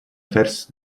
fährst